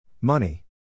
Money